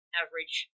average